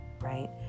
right